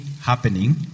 happening